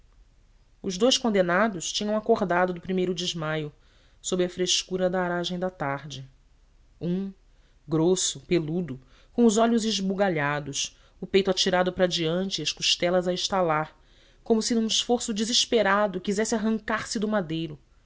os dous condenados tinham acordado do primeiro desmaio sob a frescura da aragem da tarde um grosso peludo com os olhos esbugalhados o peito atirado para diante e as costelas a estalar como se num esforço desesperado quisesse arrancar-se do madeiro